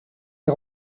est